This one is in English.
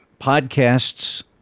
Podcasts